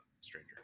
stranger